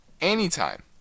anytime